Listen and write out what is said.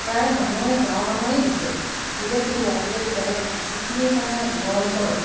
প্ৰায় মানুহে গাঁৱৰ মানুহেই দিছে দিলে কি হ'ব আজিকালি বেলেগ যিখিনি মানে দূৰ অঞ্চলৰ